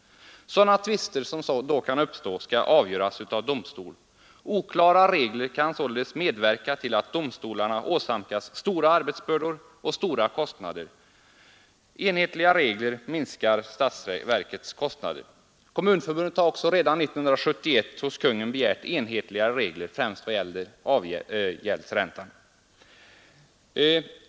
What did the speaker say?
Sådana tvister som då kan uppstå skall avgöras av domstol. De oklara regler, som nu gäller, kan medverka till att domstolarna åsamkas stora arbetsbördor och dryga kostnader. Enhetliga regler minskar statsverkets kostnader. Kommunförbundet har också redan 1971 hos Kungl. Maj:t begärt enhetliga regler främst då det gäller avgäldsräntan.